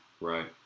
right